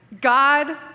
God